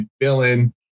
villain